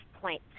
point